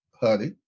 honey